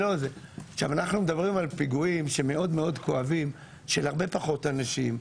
אנחנו מדברים על פיגועים שמאוד כואבים של הרבה פחות אנשים,